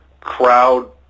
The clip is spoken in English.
crowd –